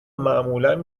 معمولا